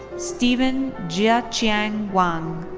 stephen jia-qiang wang.